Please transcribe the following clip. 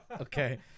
Okay